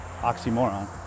oxymoron